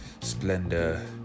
splendor